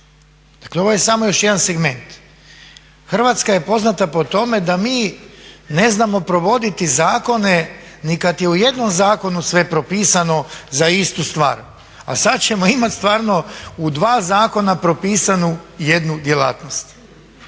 Dakle, ovo je samo još jedan segment. Hrvatska je poznata po tome da mi ne znamo provoditi zakone ni kad je u jednom zakonu sve propisano za istu stvar. A sad ćemo imati stvarno u dva zakona propisanu jednu djelatnost.